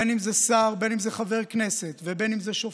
בין שזה שר, בין שזה חבר כנסת ובין שזה שופט,